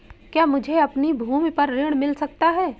क्या मुझे अपनी भूमि पर ऋण मिल सकता है?